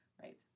right